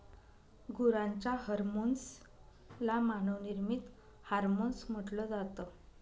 गुरांच्या हर्मोन्स ला मानव निर्मित हार्मोन्स म्हटल जात